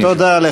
תודה, אדוני.